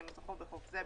כנוסחו בחוק זה,